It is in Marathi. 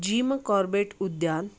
जीम कॉर्बेट उद्यान